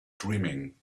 dreaming